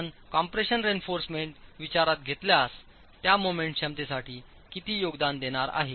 आपण compression reinforcement विचारात घेतल्यास त्यामोमेंट क्षमतेसाठीकितीयोगदान देणार आहे